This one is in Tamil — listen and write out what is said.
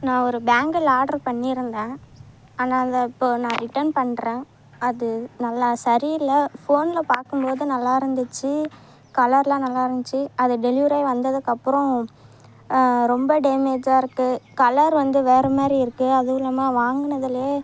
நான் ஒரு பேங்கிள் ஆர்டர் பண்ணியிருந்தேன் ஆனால் அதை இப்போது நான் ரிட்டர்ன் பண்ணுறேன் அது நல்லா சரியில்லை ஃபோனில் பார்க்கும் போது நல்லா இருந்துச்சு கலரெலாம் நல்லா இருந்துச்சு அது டெலிவரி ஆயி வந்ததுக்கப்புறோம் ரொம்ப டேமேஜாக இருக்குது கலர் வந்து வேறு மாதிரி இருக்குது அதுவுல்லாமல் வாங்கினதுலயே